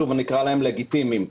שוב נקרא להם לגיטימיים,